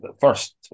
first